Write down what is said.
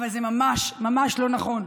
אבל זה ממש, ממש, לא נכון.